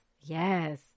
Yes